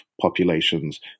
populations